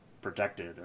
protected